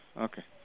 okay